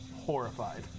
horrified